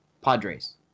Padres